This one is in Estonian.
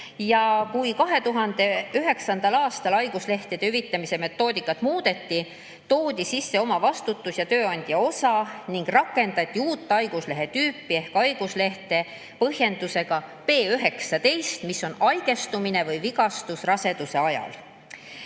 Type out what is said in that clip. Kui 2009. aastal haiguslehtede hüvitamise metoodikat muudeti, toodi sisse omavastutus ja tööandja osa ning rakendati uut haiguslehe tüüpi ehk haiguslehte põhjendusega P19: haigestumine või vigastus raseduse ajal.